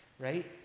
right